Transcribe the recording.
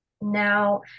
now